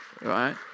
Right